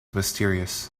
mysterious